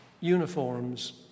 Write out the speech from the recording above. uniforms